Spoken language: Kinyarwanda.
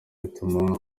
ituma